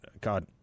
God –